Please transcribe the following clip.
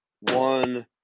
one